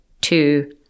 two